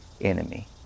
enemy